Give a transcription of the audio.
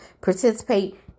participate